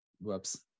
Whoops